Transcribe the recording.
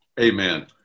Amen